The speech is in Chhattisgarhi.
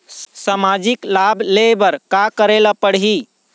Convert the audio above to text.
सामाजिक लाभ ले बर का करे ला पड़ही?